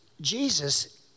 Jesus